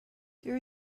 there